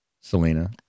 Selena